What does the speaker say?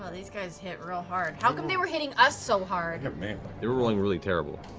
ah these guys hit real hard. how come they were hitting us so hard? matt they're rolling really terrible.